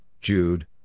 Jude